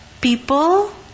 people